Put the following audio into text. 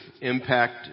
impact